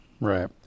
right